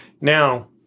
Now